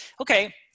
okay